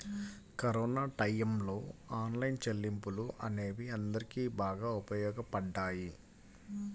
corona టైయ్యంలో online చెల్లింపులు అనేవి అందరికీ బాగా ఉపయోగపడ్డాయి